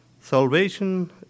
Salvation